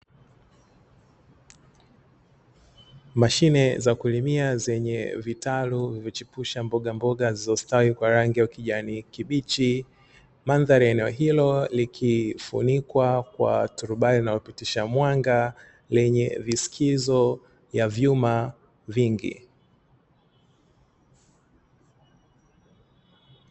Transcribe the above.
Mashine za kulimia zenye vitalu vilivyochipusha mbogamboga zilizostawi kwa rangi ya kijani kibichi. Mandhari ya eneo hilo likifunikwa kwa turubai linalopitisha mwanga, lenye vishikizo vya vyuma vingi.